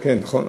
נכון.